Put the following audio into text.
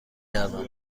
گردم